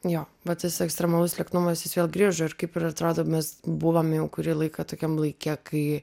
jo va tas ekstremalus lieknumas jis vėl grįžo ir kaip ir atrodo mes buvom jau kurį laiką tokiam laike kai